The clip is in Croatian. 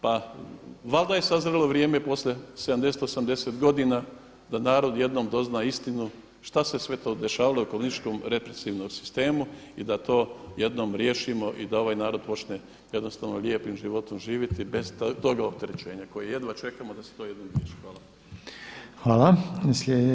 Pa valjda je sazrjelo vrijeme poslije 70, 80 godina da narod jednom dozna istinu šta se sve to dešavalo i u komunističkom represivnom sistemu i da to jednom riješimo i da ovaj narod počne jednostavno lijepim životom živjeti bez toga opterećenja koji jedva čekamo da se to jednom riješi.